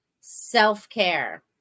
self-care